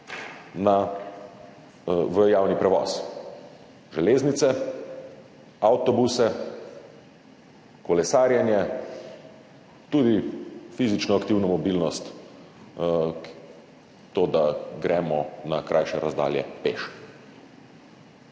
na javni prevoz – železnice, avtobuse, kolesa, tudi fizično aktivno mobilnost, to, da gremo na krajše razdalje peš.